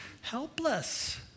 helpless